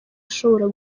ashobora